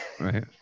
Right